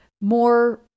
More